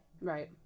Right